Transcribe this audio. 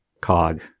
cog